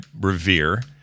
revere